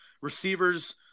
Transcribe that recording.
receivers